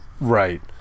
Right